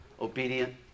Obedient